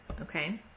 okay